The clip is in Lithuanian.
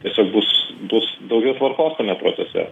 tiesiog bus bus daugiau tvarkos tame procese